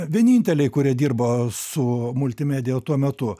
vieninteliai kurie dirbo su multimedija tuo metu